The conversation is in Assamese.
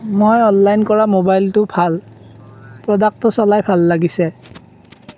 মই অনলাইন কৰা মোবাইলটো ভাল প্ৰডাক্টটো চলাই ভাল লাগিছে